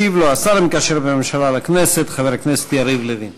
ישיב לו השר המקשר בין הממשלה לכנסת חבר הכנסת יריב לוין.